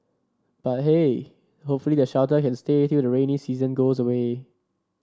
but hey hopefully the shelter can stay till the rainy season goes away